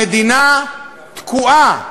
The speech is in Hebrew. המדינה תקועה.